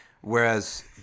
whereas